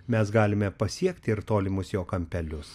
mes galime pasiekti ir tolimus jo kampelius